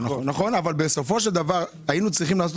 אבל בסופו של דבר היינו צריכים לעשות